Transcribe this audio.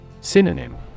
Synonym